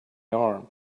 arm